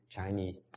Chinese